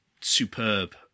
superb